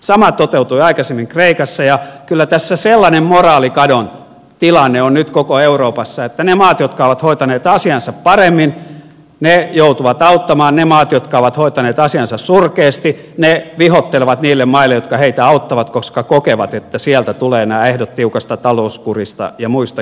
sama toteutui aikaisemmin kreikassa ja kyllä tässä sellainen moraalikadon tilanne on nyt koko euroopassa että ne maat jotka ovat hoitaneet asiansa paremmin joutuvat auttamaan ja ne maat jotka ovat hoitaneet asiansa surkeasti ne vihoittelevat niille maille jotka heitä auttavat koska kokevat että sieltä tulevat nämä ehdot tiukasta talouskurista ja muista keinoista